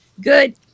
good